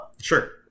Sure